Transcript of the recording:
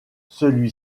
celui